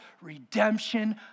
redemption